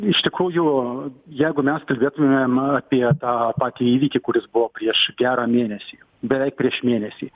iš tikrųjų jeigu mes kalbėtumėm apie tą patį įvykį kuris buvo prieš gerą mėnesį beveik prieš mėnesį